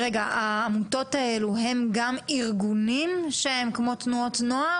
העמותות האלה הן גם ארגונים כמו תנועות נוער?